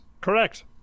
Correct